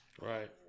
Right